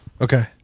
okay